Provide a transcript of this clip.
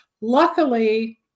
Luckily